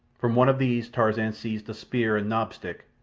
from one of these tarzan seized a spear and knob stick,